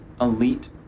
elite